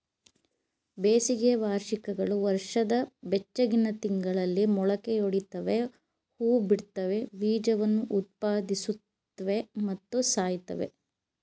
ಬೇಸಿಗೆ ವಾರ್ಷಿಕಗಳು ವರ್ಷದ ಬೆಚ್ಚಗಿನ ತಿಂಗಳಲ್ಲಿ ಮೊಳಕೆಯೊಡಿತವೆ ಹೂಬಿಡ್ತವೆ ಬೀಜವನ್ನು ಉತ್ಪಾದಿಸುತ್ವೆ ಮತ್ತು ಸಾಯ್ತವೆ